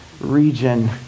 region